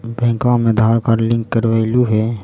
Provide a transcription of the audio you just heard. बैंकवा मे Aadhaar card link करवैलहो है?